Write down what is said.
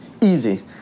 easy